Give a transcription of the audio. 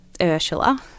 Ursula